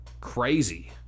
crazy